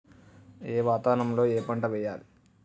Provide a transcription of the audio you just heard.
ఏ వాతావరణం లో ఏ పంట వెయ్యాలి?